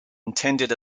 intended